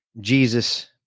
Jesus